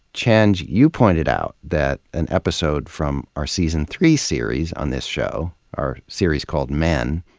chenj, you pointed out that an episode from our season three series on this show, our series called men,